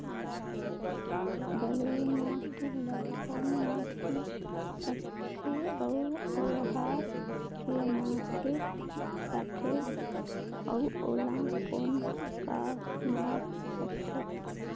बलुही माटी ला कौन माटी सकथे अउ ओहार के माधेक राथे अउ ओला कौन का नाव सकथे?